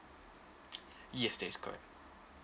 yes that is correct